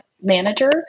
manager